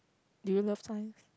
do you love science